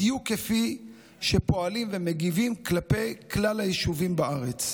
בדיוק כפי שפועלים ומגיבים כלפי כלל היישובים בארץ.